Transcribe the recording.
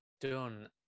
done